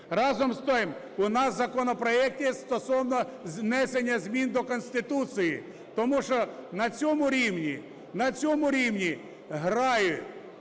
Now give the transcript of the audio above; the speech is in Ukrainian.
Разом з тим, у нас в законопроекті стосовно внесення змін до Конституції, тому що на цьому рівні, на